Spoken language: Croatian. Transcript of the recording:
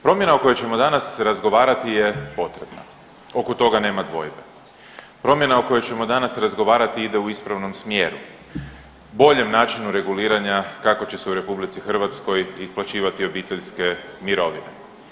Promjena o kojoj ćemo danas razgovarati je potrebna, oko toga nema dvojbe, promjena o kojoj ćemo danas razgovarati ide u ispravnom smjeru, boljem načinu reguliranju kako će se u RH isplaćivati obiteljske mirovine.